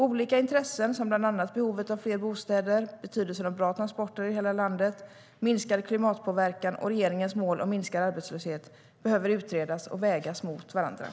Olika intressen, som bland annat behovet av fler bostäder, betydelsen av bra transporter i hela landet, minskad klimatpåverkan och regeringens mål om minskad arbetslöshet behöver utredas och vägas mot varandra.